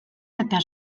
eta